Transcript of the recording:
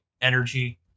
energy